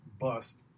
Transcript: Bust